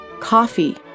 Coffee